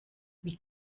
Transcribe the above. wie